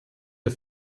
der